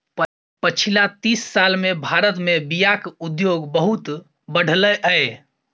पछिला तीस साल मे भारत मे बीयाक उद्योग बहुत बढ़लै यै